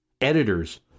Editors